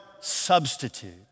substitute